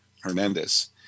Hernandez